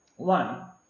One